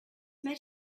met